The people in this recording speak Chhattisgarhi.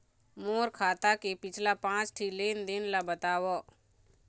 मोर खाता के पिछला पांच ठी लेन देन ला बताव?